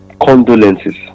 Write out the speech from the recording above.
condolences